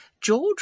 George